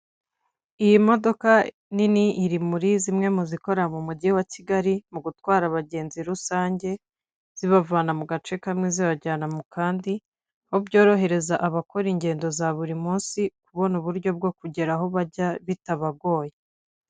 Iyi modoka nini iri muri zimwe mu zikora mu mujyi wa Kigali, mu gutwara abagenzi rusange, zibavana mu gace kamwe zibajyana mu kandi aho byorohereza abakora ingendo za buri munsi, kubona uburyo bwo kugera aho bajya bitabagoye.